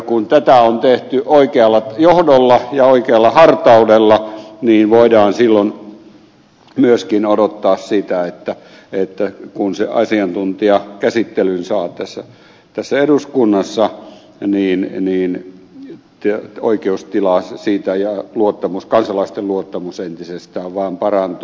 kun tätä on tehty oikealla johdolla ja oikealla hartaudella niin voidaan silloin myöskin odottaa sitä että kun se asiantuntijakäsittelyn saa tässä eduskunnassa niin oikeustila siitä ja kansalaisten luottamus entisestään vaan parantuu